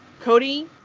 Cody